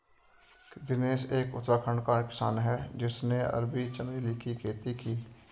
दिनेश एक उत्तराखंड का किसान है जिसने अरबी चमेली की खेती की